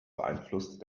beeinflusst